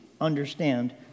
understand